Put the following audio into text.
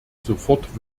sofort